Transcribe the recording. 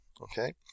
okay